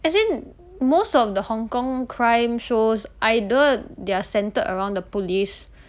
as in most of the Hong-Kong crime shows either they're centered around the police